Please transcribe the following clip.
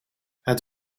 het